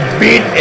beat